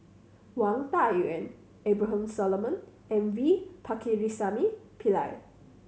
Wang Dayuan Abraham Solomon and V Pakirisamy Pillai